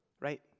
right